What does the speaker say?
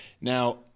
Now